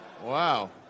Wow